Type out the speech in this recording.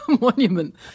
monument